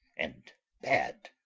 and bad.